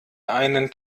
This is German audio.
einen